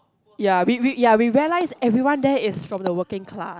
ya we we ya we realise everyone there is from the working class